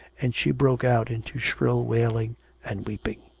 and she broke out into shrill wailing and weeping.